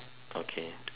okay